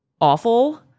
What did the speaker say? awful